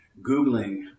Googling